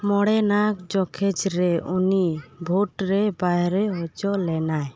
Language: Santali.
ᱢᱚᱬᱮᱱᱟᱜ ᱡᱚᱠᱷᱮᱡ ᱨᱮ ᱩᱱᱤ ᱵᱷᱳᱴ ᱨᱮ ᱵᱟᱭᱨᱮ ᱦᱚᱪᱚ ᱞᱮᱱᱟᱭ